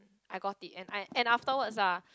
I got it and I and afterwards ah